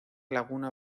laguna